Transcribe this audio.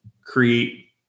create